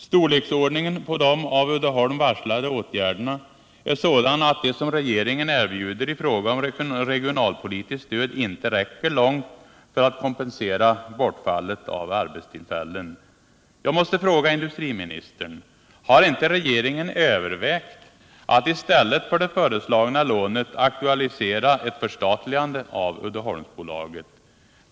Storleken på de av Uddeholm varslade åtgärderna är sådan att det som regeringen erbjuder i fråga om regionalpolitiskt stöd inte räcker långt för att kompensera bortfallet av arbetstillfällen. Jag måste fråga industriministern: Har inte regeringen övervägt att i stället för det föreslagna lånet aktualisera ett förstatligande av Uddeholmsbolaget?